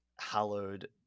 hallowed